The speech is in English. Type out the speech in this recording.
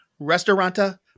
restauranta